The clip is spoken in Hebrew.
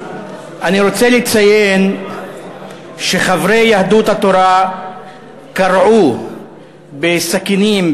אני רוצה לציין שחברי יהדות התורה קרעו בסכינים,